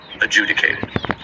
adjudicated